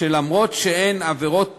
שאף שהן עבירות פשע,